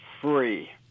Free